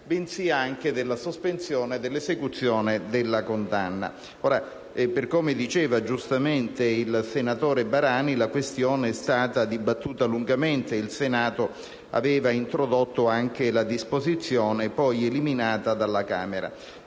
ma anche della sospensione della esecuzione della condanna. Come diceva giustamente il senatore Barani, la questione è stata dibattuta lungamente ed il Senato aveva introdotto anche la disposizione poi eliminata dalla Camera.